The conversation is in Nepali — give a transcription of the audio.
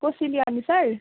कोसेली अनुसार